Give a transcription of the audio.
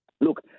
Look